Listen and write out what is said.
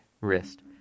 wrist